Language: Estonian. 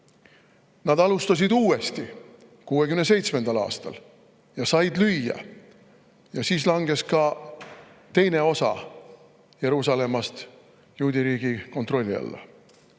Nad alustasid uuesti 1967. aastal ja said lüüa. Siis langes ka teine osa Jeruusalemmast juudiriigi kontrolli alla.